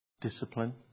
discipline